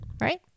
right